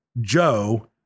Joe